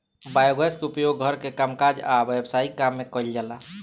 biogas के उपयोग घर के कामकाज आ व्यवसायिक काम में कइल जाला